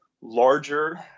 larger